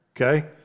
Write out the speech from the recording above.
okay